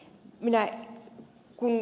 kun ed